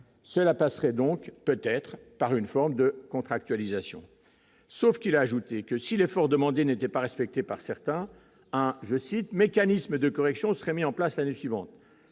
cela passerait donc peut-être par une forme de contractualisation, sauf qu'il a ajouté que si l'effort demandé n'était pas respecté par certains, hein, je cite, mécanisme de correction serait mis en place à les suivantes